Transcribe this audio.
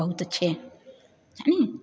बहुत अच्छे जाने